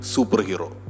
Superhero